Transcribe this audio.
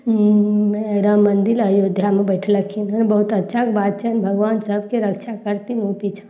राम मन्दिर अयोध्यामे बैठलखिन हन बहुत अच्छा बात छनि भगवान सभके रक्षा करथिन उ पीछा